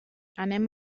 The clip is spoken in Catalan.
anem